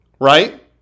Right